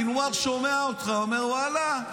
סנוואר שומע אותך ואומר: ואללה,